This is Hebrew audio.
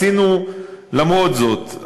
עשינו למרות זאת.